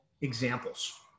examples